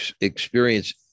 experience